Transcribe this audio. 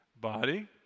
body